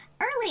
Early